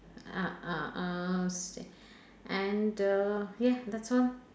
ah ah ah s~ and the yeah that's all